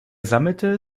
sammelte